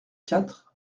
quatre